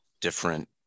different